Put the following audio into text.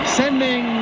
sending